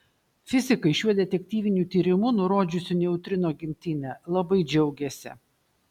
fizikai šiuo detektyviniu tyrimu nurodžiusiu neutrino gimtinę labai džiaugiasi